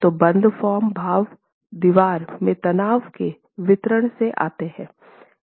तो बंद फॉर्म भाव दीवार में तनाव के वितरण से आते हैं